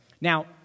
now